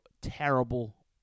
terrible